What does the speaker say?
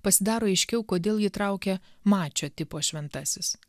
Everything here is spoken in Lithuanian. pasidaro aiškiau kodėl jį traukia mačo tipo šventasis